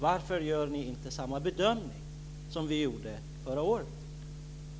Varför gör ni inte samma bedömning som ni gjorde förra året?